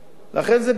לכן, זה בידינו.